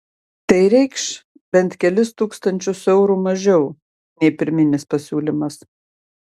tai reikš bent kelis tūkstančius eurų mažiau nei pirminis pasiūlymas